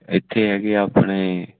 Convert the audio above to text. ਇੱਥੇ ਹੈਗੇ ਆਪਣੇ